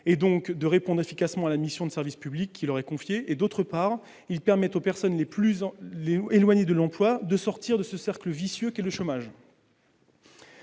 et donc de répondre efficacement à la mission de service public qui leur est confiée, et, d'autre part, aux personnes les plus éloignées de l'emploi de sortir de ce cercle vicieux qu'est le chômage.